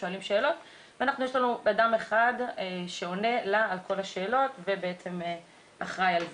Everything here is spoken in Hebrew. שואלים שאלות ויש לנו אדם שעונה על כל השאלות ובעצם אחראי על זה.